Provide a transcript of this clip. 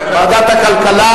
(תיקון,